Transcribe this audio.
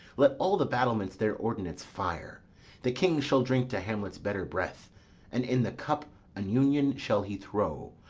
let all the battlements their ordnance fire the king shall drink to hamlet's better breath and in the cup an union shall he throw,